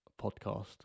podcast